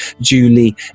Julie